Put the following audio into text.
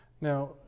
now